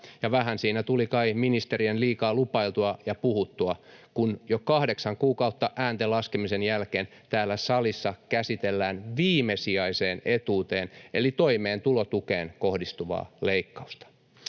vähän siinä tuli kai ministerien liikaa lupailtua ja puhuttua, kun jo kahdeksan kuukautta äänten laskemisen jälkeen täällä salissa käsitellään viimesijaiseen etuuteen eli toimeentulotukeen kohdistuvaa leikkausta.